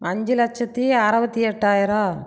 அஞ்சு லட்சத்தி அறுபத்தி எட்டாயிரம்